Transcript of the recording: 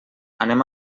anem